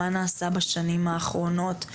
מה נעשה בשנים האחרונות,